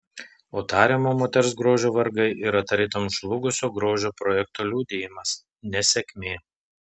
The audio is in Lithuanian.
o tariamo moters grožio vargai yra tarytum žlugusio grožio projekto liudijimas nesėkmė